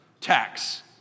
tax